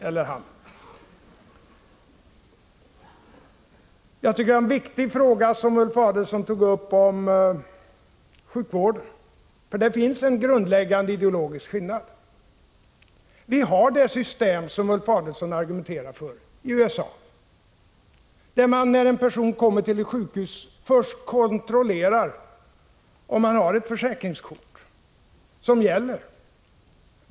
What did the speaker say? Jag tycker att det var en viktig fråga som Ulf Adelsohn tog upp när han talade om sjukvården. Där finns en avgörande ideologisk skillnad. Det system som Ulf Adelsohn argumenterar för finns i USA, där man när en person kommer till ett sjukhus först kontrollerar om vederbörande har ett försäkringskort som gäller.